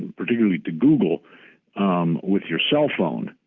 particularly to google with your cellphone,